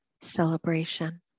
celebration